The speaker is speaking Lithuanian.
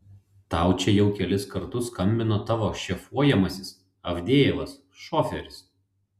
tau čia jau kelis kartus skambino tavo šefuojamasis avdejevas šoferis